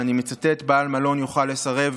ואני מצטט: בעל מלון יוכל לסרב